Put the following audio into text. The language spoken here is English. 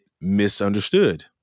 misunderstood